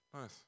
Nice